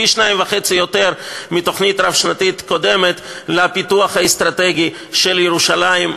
פי-2.5 מהתוכנית הרב-שנתית הקודמת לפיתוח האסטרטגי של ירושלים,